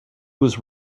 was